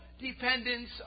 dependence